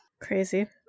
Crazy